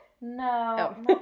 No